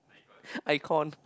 icon